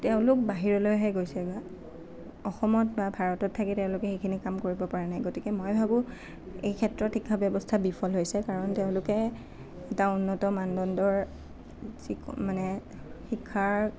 তেওঁলোক বাহিৰলৈহে গৈছেগৈ অসমত বা ভাৰতত থাকি তেওঁলোকে সেইখিনি কাম কৰিব পৰা নাই গতিকে মই ভাবোঁ এইক্ষেত্ৰত শিক্ষা ব্যৱস্থা বিফল হৈছে কাৰণ তেওঁলোকে এটা উন্নত মানদণ্ডৰ মানে শিক্ষাৰ